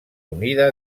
unida